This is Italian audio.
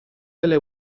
delle